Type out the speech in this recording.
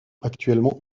actuellement